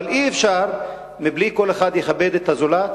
אבל אי-אפשר מבלי שכל אחד יכבד את הזולת,